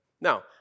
Now